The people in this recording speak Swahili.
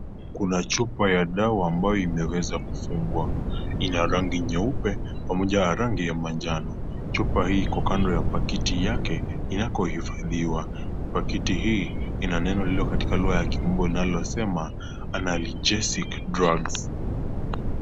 Kuna chupa ya dawa ambayo imeweza kufungwa, ina rangi nyeupe pamoja na rangi ya manjano. Chupa hii iko kando ya pakiti yake inakohifadhiwa. Pakiti hii ina neno lililo katika lugha ya kimombo linalosema(cs) Analgesic Drugs(cs).